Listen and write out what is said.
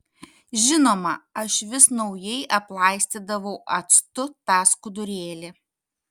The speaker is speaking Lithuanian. žinoma aš vis naujai aplaistydavau actu tą skudurėlį